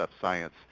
science